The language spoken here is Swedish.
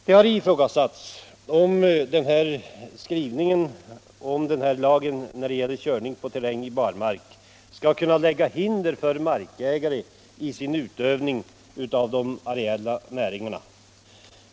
Det har ifrågasatts om skrivningen i terrängkörningslagen när det gäller körning på barmark skall kunna lägga hinder i vägen för en markägare i hans utövande av de areella näringarna.